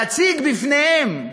להציג בפניהם מידע,